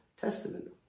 Testament